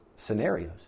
scenarios